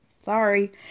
Sorry